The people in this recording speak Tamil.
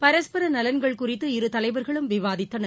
பரஸ்பர நலன்கள் குறித்து இரு தலைவாகளும் விவாதித்தனர்